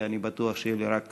ואני בטוח שאלה רק